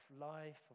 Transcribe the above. life